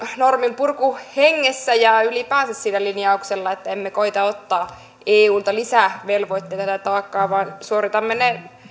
norminpurkuhengessä ja ylipäänsä sillä linjauksella että emme koeta ottaa eulta lisävelvoitteita tai taakkaa vaan suoritamme